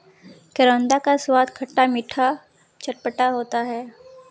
करौंदा का स्वाद खट्टा मीठा चटपटा होता है